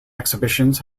exhibitions